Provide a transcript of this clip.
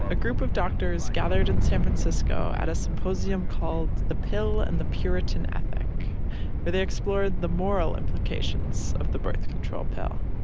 a group of doctors gathered in san francisco at a symposium called the pill and the puritan ethic where they explored the moral implications of the birth control pill.